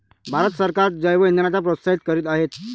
भारत सरकार जैवइंधनांना प्रोत्साहित करीत आहे